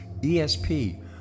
ESP